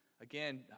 Again